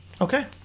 Okay